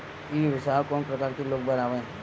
ई व्यवसाय कोन प्रकार के लोग बर आवे?